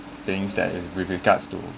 things that is with regards to